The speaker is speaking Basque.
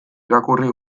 irakurri